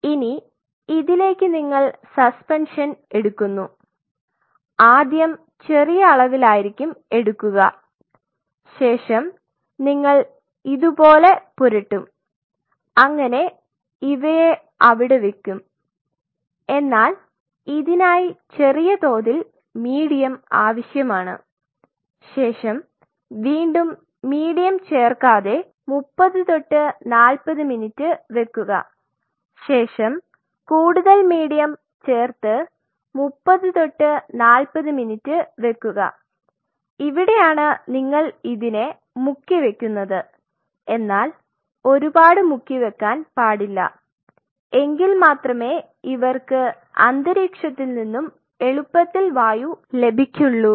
ഇനി ഇതിലേക്ക് നിങ്ങൾ സസ്പെൻഷൻ എടുക്കുന്നു ആദ്യം ചെറിയ അളവിൽ ആയിരിക്കും എടുക്കുക ശേഷം നിങ്ങൾ ഇതുപോലെ പുരട്ടും അങ്ങനെ ഇവയെ അവിടെ വെക്കും എന്നാൽ ഇതിനായി ചെറിയ തോതിൽ മീഡിയം ആവശ്യമാണ് ശേഷം വീണ്ടും മീഡിയം ചേർക്കാതെ 30 തൊട്ട് 40 മിനിറ്റ് വെക്കുക ശേഷം കൂടുതൽ മീഡിയം ചേർത്ത് 30 തൊട്ട് 40 മിനിറ്റ് വെക്കുക ഇവിടെയാണ് നിങ്ങൾ ഇതിനെ മുക്കി വയ്ക്കുന്നത് എന്നാൽ ഒരുപാട് മുക്കി വെക്കാൻ പാടില്ല എങ്കിൽ മാത്രമേ ഇവർക്ക് അന്തരീക്ഷത്തിൽ നിന്നും എളുപ്പത്തിൽ വായു ലഭിക്കുള്ളൂ